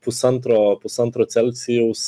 pusantro pusantro celcijaus